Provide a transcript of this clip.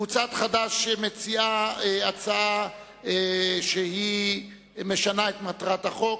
קבוצת חד"ש מציעה הצעה שמשנה את מטרת החוק,